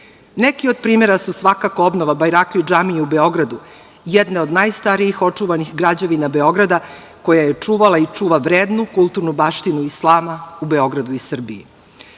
Neki od primera su svakako obnova Bajrakli džamije u Beogradu, jedne od najstarijih očuvanih građevina Beograda koja je čuvala i čuva vrednu kulturnu baštinu Islama u Beogradu i Srbiji.